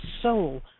soul